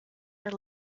are